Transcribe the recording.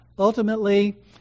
Ultimately